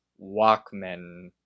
Walkman